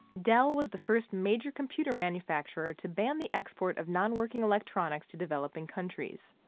dell was the first major computer manufacturer to ban the export of non-working electronics to developing countries.